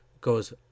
goes